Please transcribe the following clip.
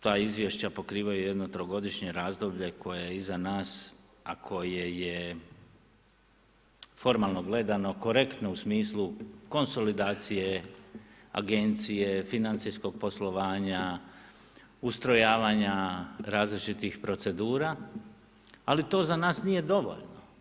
Ta izvješća pokrivaju jedno trogodišnje razdoblje koje je iza nas, a koje je formalno gledano korektno u smislu konsolidacije, agencije, financijskog poslovanja, ustrojavanja različitih procedura, ali to za nas nije dovoljno.